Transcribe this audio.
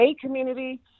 community